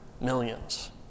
millions